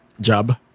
job